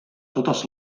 totes